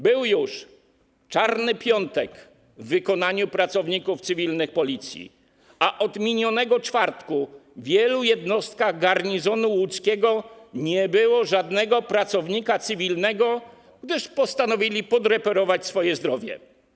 Był już czarny piątek w wykonaniu pracowników cywilnych Policji, a od minionego czwartku w wielu jednostkach garnizonu łódzkiego nie ma żadnego pracownika cywilnego, gdyż postanowili podreperować swoje zdrowie.